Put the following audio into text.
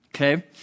okay